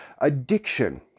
addiction